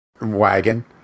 wagon